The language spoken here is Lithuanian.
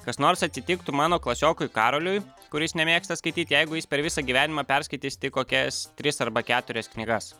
kas nors atsitiktų mano klasiokui karoliui kuris nemėgsta skaityt jeigu jis per visą gyvenimą perskaitys tik kokias tris arba keturias knygas